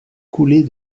coulée